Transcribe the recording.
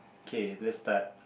K let's start